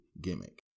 gimmick